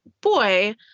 boy